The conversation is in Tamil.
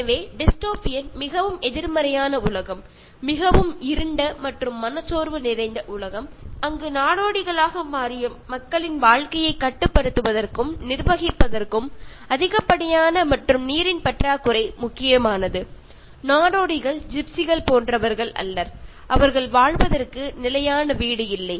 எனவே டிஸ்டோபியன் மிகவும் எதிர்மறையான உலகம் மிகவும் இருண்ட மற்றும் மனச்சோர்வு நிறைந்த உலகம் அங்கு நாடோடிகளாக மாறிய மக்களின் வாழ்க்கையைக் கட்டுப்படுத்துவதற்கும் நிர்வகிப்பதற்கும் அதிகப்படியான மற்றும் நீரின் பற்றாக்குறை முக்கியமானது நாடோடிகள் ஜிப்சிகள் போன்றவர்கள் அல்லர் அவர்கள் வாழ்வதற்கு நிலையான வீடு இல்லை